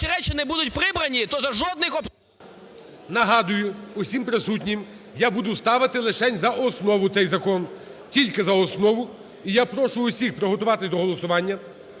Нагадую усім присутнім, я буду ставити лишень за основу цей закон, тільки за основу. І я прошу усіх приготуватись до голосування,